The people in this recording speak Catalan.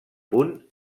punt